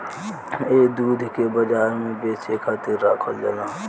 ए दूध के बाजार में बेचे खातिर राखल जाला